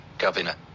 governor